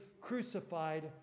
crucified